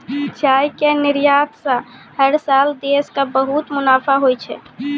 चाय के निर्यात स हर साल देश कॅ बहुत मुनाफा होय छै